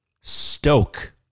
Stoke